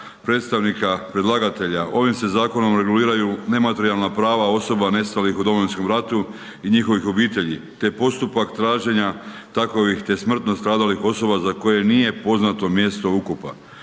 predstavnika predlagatelja, ovim se zakonom reguliraju nematerijalna prava osoba nestalih u Domovinskom ratu i njihovih obitelji te postupak traženja takovih te smrtno stradalih osoba za koje nije poznato mjesto ukopa.